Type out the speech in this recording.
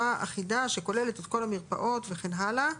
אחידה שכוללת את כל המרפאות וכן הלאה.